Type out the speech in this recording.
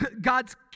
God's